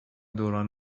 دوران